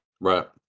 right